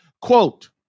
Quote